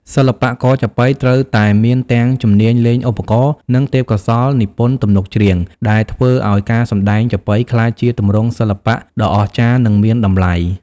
សិល្បករចាប៉ីត្រូវតែមានទាំងជំនាញលេងឧបករណ៍ និងទេពកោសល្យនិពន្ធទំនុកច្រៀង ដែលធ្វើឱ្យការសម្ដែងចាប៉ីក្លាយជាទម្រង់សិល្បៈដ៏អស្ចារ្យ និងមានតម្លៃ។